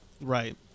Right